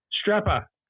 Strapper